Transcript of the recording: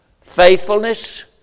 faithfulness